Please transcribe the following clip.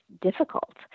difficult